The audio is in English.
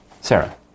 Sarah